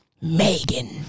Megan